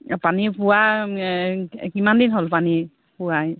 পানী পোৱা কিমান দিন হ'ল পানী পোৱা